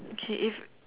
okay if